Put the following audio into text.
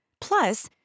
Plus